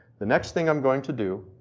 the next thing i'm going to do,